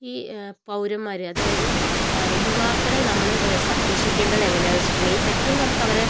ഈ പൗരന്മാർ അതായത് യുവാക്കളെ നമ്മൾ സംരക്ഷിക്കേണ്ടത് എങ്ങനാന്ന് വെച്ചിട്ടുണ്ടെങ്കിൽ പെട്ടെന്ന് നമുക്ക് അവരെ